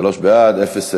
שלוש בעד, אפס מתנגדים,